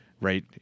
right